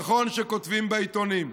נכון שכותבים בעיתונים,